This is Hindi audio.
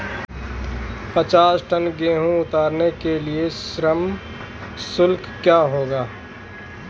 पचास टन गेहूँ उतारने के लिए श्रम शुल्क क्या होगा?